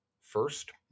first